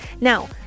Now